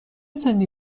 سنی